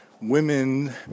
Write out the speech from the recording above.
women